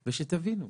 ושתבינו: